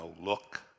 look